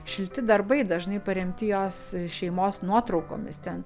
šilti darbai dažnai paremti jos šeimos nuotraukomis ten